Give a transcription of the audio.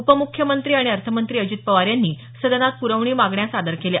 उपमुख्यमंत्री आणि अर्थमंत्री अजित पवार यांनी सदनात प्रवणी मागण्या सादर केल्या